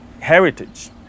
heritage